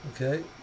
Okay